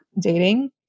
dating